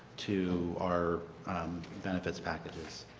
to our benefits packages.